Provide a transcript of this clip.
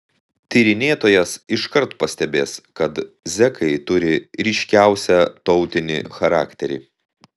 tyrinėtojas iškart pastebės kad zekai turi ryškiausią tautinį charakterį